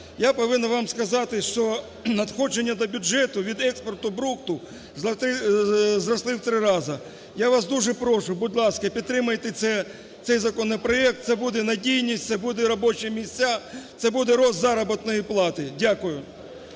Я повинен вам сказати, що надходження до бюджету від експорту брухту зросли в три рази. Я вас дуже прошу, будь ласка, підтримайте цей законопроект. Це буде надійність, це будуть робочі місця, це буде ріст заробітної плати. Дякую.